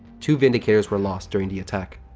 two vindicators were lost during the attack.